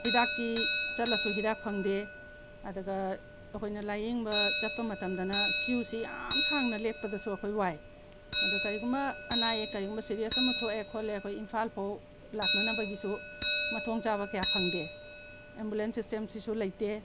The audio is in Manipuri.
ꯍꯤꯗꯥꯛꯀꯤ ꯆꯠꯂꯁꯨ ꯍꯤꯗꯥꯛ ꯐꯪꯗꯦ ꯑꯗꯨꯒ ꯑꯩꯈꯣꯏꯅ ꯂꯥꯏꯌꯦꯡꯕ ꯆꯠꯄ ꯃꯇꯝꯗꯅ ꯀ꯭ꯌꯨꯁꯦ ꯌꯥꯝ ꯁꯥꯡꯅ ꯂꯦꯞꯄꯗꯁꯨ ꯑꯩꯈꯣꯏ ꯋꯥꯏ ꯑꯗꯣ ꯀꯔꯤꯒꯨꯝꯕ ꯑꯅꯥ ꯑꯌꯦꯛ ꯀꯔꯤꯒꯨꯝꯕ ꯁꯦꯔꯤꯌꯁ ꯑꯃ ꯊꯣꯛꯑꯦ ꯈꯣꯠꯂꯦ ꯑꯩꯈꯣꯏ ꯏꯝꯐꯥꯜ ꯐꯥꯎ ꯂꯥꯛꯅꯅꯕꯒꯤꯁꯨ ꯃꯊꯣꯡ ꯆꯥꯕ ꯀꯌꯥ ꯐꯪꯗꯦ ꯑꯦꯝꯕꯨꯂꯦꯟꯁ ꯁꯤꯁꯇꯦꯝꯁꯤꯁꯨ ꯂꯩꯇꯦ